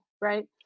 Right